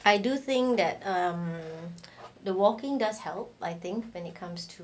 I do think that err the walking does help I think when it comes to